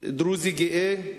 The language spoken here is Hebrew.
דרוזי גאה,